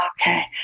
Okay